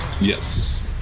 Yes